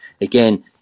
Again